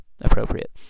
appropriate